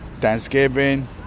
Thanksgiving